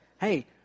hey